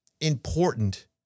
important